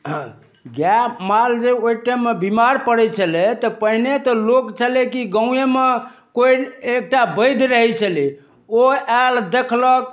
गाय माल जे ओहि टाइममे बिमार पड़ै छलै तऽ पहिने तऽ लोक छलै कि गाँवेमे कोइ एकटा बैद्य रहै छलै ओ आयल देखलक